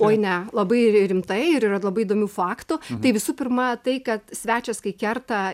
oj ne labai rimtai ir yra labai įdomių faktų tai visų pirma tai kad svečias kai kerta